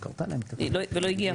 ולא הגיע?